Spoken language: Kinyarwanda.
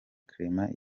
clement